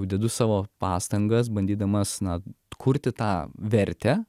dedu savo pastangas bandydamas na kurti tą vertę